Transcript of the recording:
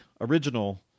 original